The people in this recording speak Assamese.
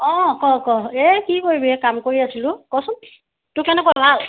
অঁ ক ক এই কি কৰিবি এই কাম কৰি আছিলোঁ কচোন তোৰ কেনেকুৱা ভাল